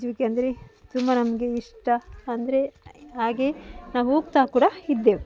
ಈಜುವಿಕೆ ಅಂದರೆ ತುಂಬ ನಮಗೆ ಇಷ್ಟ ಅಂದರೆ ಹಾಗೇ ನಾವು ಹೋಗ್ತಾ ಕೂಡ ಇದ್ದೆವು